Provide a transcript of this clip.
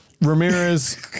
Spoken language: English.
Ramirez